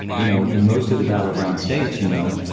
you know, in most of the battleground states, you know,